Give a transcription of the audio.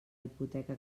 hipoteca